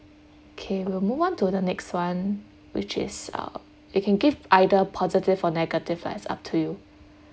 okay we'll move on to the next one which is uh you can give either positive or negative lah it's up to you